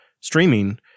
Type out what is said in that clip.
streaming